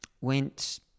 went